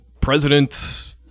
President